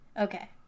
Okay